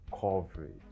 coverage